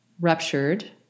ruptured